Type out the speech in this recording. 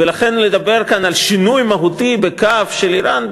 ולכן לדבר כאן על שינוי מהותי בקו של איראן,